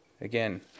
again